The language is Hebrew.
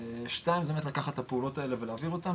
ושתיים זה באמת לקחת את הפעולות האלה ולהעביר אותן,